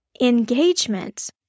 engagement